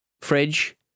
fridge